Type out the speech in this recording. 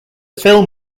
film